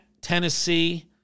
Tennessee